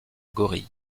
gorille